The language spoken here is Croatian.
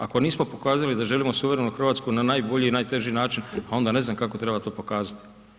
Ako nismo pokazali da želimo suverenu RH na najbolji i najteži način, pa onda ne znam kako to treba pokazati.